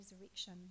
resurrection